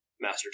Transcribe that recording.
Master